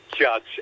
judge